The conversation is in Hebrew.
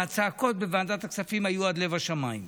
והצעקות בוועדת הכספים היו עד לב השמיים.